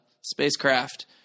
spacecraft